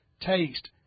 taste